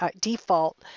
default